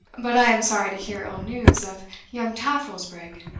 but i am sorry to hear ill news of young taffril's brig.